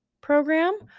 program